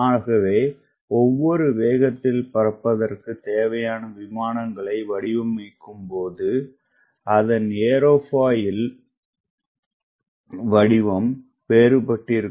ஆகவே ஒவ்வொரு வேகத்தில்பறப்பதற்குதேவையானவிமானங்களைவடிவமைக்கும்போதுஅதன்ஏரோபாயில் வடிவம் வேறுபட்டிருக்கும்